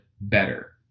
better